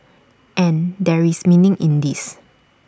and there is meaning in this